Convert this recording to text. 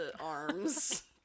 arms